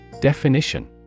Definition